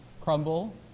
crumble